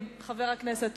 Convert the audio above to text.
430,